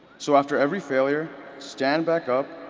so after every failure, stand back up,